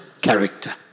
character